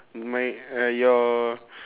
my uh your